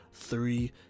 three